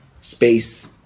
space